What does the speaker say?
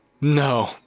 No